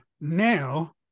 now